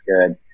good